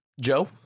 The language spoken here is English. Joe